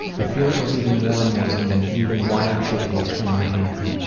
the feeling was even more amazing than feeding wild chickadees from my hand.